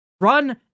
Run